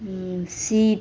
ship